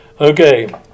Okay